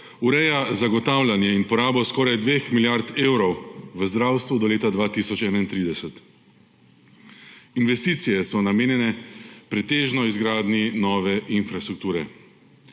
ureja zagotavljanje in porabo skoraj dveh milijard evrov v zdravstvo do lega 2031. Investicije so namenjene pretežno izgradnji nove infrastrukture.